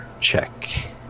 check